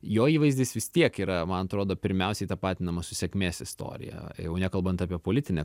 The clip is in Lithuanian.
jo įvaizdis vis tiek yra man atrodo pirmiausiai tapatinamas su sėkmės istorija jau nekalbant apie politinę